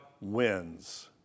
wins